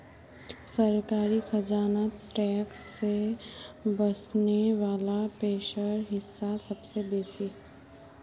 सरकारी खजानात टैक्स से वस्ने वला पैसार हिस्सा सबसे बेसि